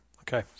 Okay